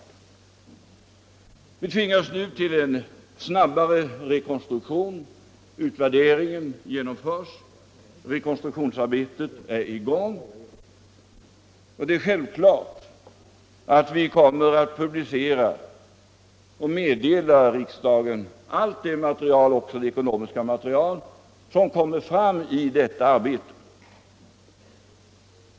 Vi tvingas nu till en snabbare rekonstruktion. En utvärdering har gjorts, och rekonstruktionsarbetet är i gång. Självfallet kommer vi att publicera och ge riksdagen allt det material, också det ekonomiska, som kommer fram i det arbetet.